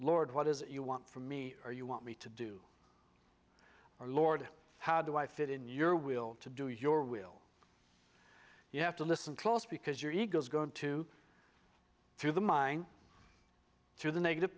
lord what is it you want for me or you want me to do or lord how do i fit in your will to do your will you have to listen close because your ego is going to through the mind through the negative